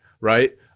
right